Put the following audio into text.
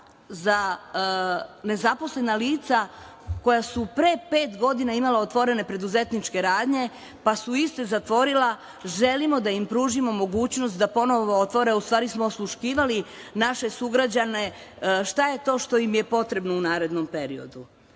za nezaposlena lica koja su pre pet godina imala otvorene preduzetničke radnje, pa su iste zatvorila. Želimo da im pružimo mogućnost da ponovo otvore, u stvari smo osluškivali naše sugrađane šta je to što im je potrebno u narednom periodu.